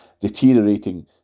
deteriorating